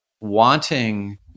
wanting